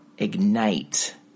Ignite